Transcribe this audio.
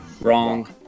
Wrong